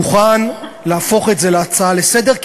אני מוכן להפוך את זה להצעה לסדר-היום,